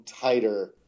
tighter